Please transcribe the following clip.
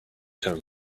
term